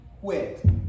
quit